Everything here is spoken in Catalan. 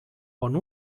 bon